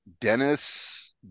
Dennis